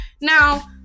now